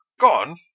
Gone